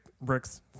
bricks